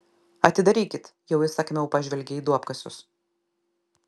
atidarykit jau įsakmiau pažvelgė į duobkasius